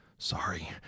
Sorry